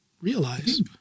Realize